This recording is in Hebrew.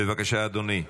בבקשה, אדוני.